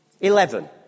Eleven